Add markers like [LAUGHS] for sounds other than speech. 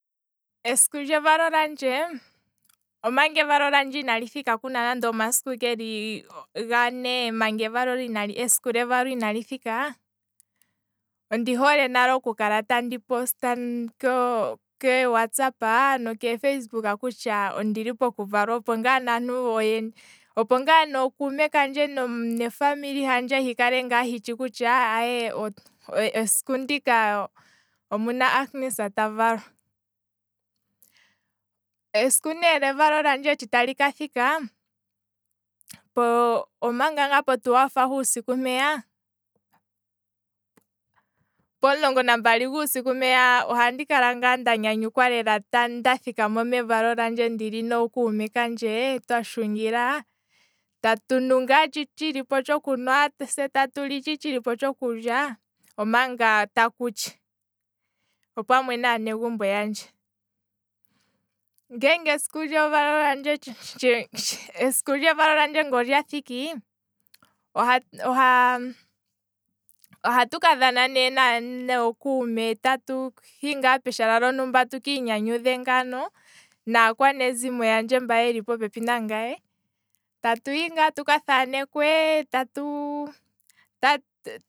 Esiku levalo landje, manga esiku levalo landje inali thika kuna omasiku gane manga esiku levalo ina li thikaa, ondi hole nale oku kala tandi post kee whatsapp, nokee facebook opo ndi lombwele aantu kutya ondili pokuvalwa, opo ngaa naantu oyendji, opo ngaa nookume kandje nofamily handje hikale ngaa hitshi kutya, [HESITATION] esiku ndika omuna agnes ta valwa, esiku ne levalo landje sho tali kathika, lopo twelve huusiku mpeya, pomulongo nambali guusiku mpeya ohandi kala ndanyanyukwa ndaathikamo mesiku levalo landje ndili nookuume kandje twashungila, tatunu ngaa sho tshilipo tatshi nuwa, se tatu lipo shoka tshilipo tshoku liwa omanga takutshi opamwe naanegumbo yandje, ngeenge esiku levalo landje [LAUGHS] ngele esiku levalo landje olathiki ohaa, ohatu kadhana ne nokuume peshala limwe nookume kandje tu kiinyanyudhe ngaano naakwanezimo yandje mba yeli po pepi nangaye, tatu hi ngaa tuka thananekwe, [HESITATION]